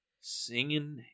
Singing